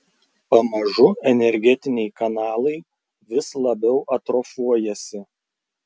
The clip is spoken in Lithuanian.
pamažu energetiniai kanalai vis labiau atrofuojasi